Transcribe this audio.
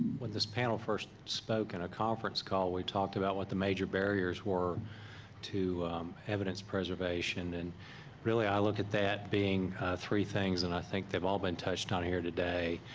when this panel first spoke in a conference call, we talked about what the major barriers were to evidence preservation. and really l look at that being three things, and i think they've all been touched on here today.